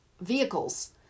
vehicles